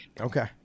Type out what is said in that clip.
Okay